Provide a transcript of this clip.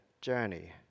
journey